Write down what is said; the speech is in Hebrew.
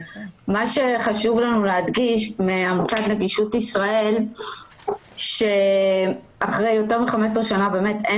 חשוב לנו להדגיש מעמותת נגישות ישראל שאחרי יותר מ-15 שנה אין